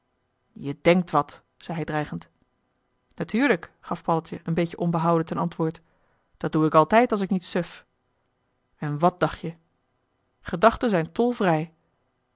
je denkt wat zei hij dreigend natuurlijk gaf paddeltje een beetje onbehouwen ten antwoord dat doe ik altijd als ik niet suf en wat dacht je gedachten zijn tolvrij